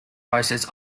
rises